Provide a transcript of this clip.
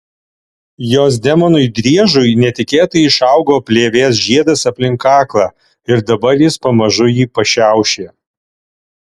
jos demonui driežui netikėtai išaugo plėvės žiedas aplink kaklą ir dabar jis pamažu jį pašiaušė